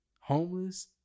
homeless